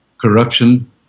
corruption